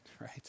right